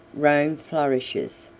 rome flourishes,